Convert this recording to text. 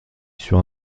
sur